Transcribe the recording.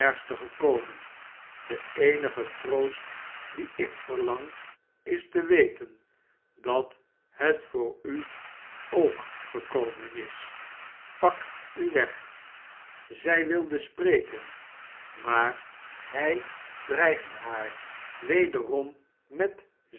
gekomen de yemge troost dien ik verlang is te weten dat het voor u ook gekomen is pak u weg zij wilde spreken maar hij dreigdehaar wederom met